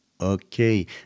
Okay